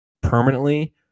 permanently